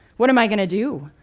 what am i going to do?